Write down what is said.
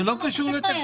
זה לא קשור לתקציב.